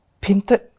painted